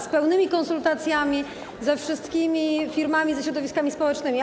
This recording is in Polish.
Z pełnymi konsultacjami, ze wszystkimi firmami, ze środowiskami społecznymi.